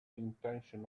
intention